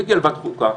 זה יגיע לוועדת החוקה,